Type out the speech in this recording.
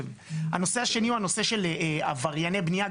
הנושא השני הוא הנושא של עברייני בנייה.